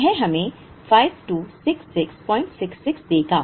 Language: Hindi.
यह हमें 526666 देगा